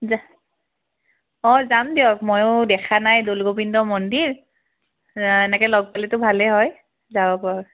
অঁ যাম দিয়ক ময়ো দেখা নাই দৌল গোবিন্দ মন্দিৰ এনেকৈ লগ পালেতো ভালেই হয় যাব পৰা হয়